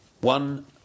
One